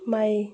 माइ